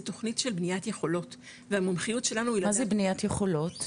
זה תוכנית של בניית יכולות והמומחיות שלנו -- מה זה בניית יכולות?